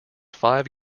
five